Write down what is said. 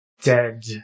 dead